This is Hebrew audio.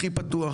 הכי פתוח,